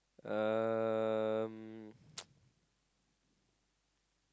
um